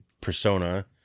persona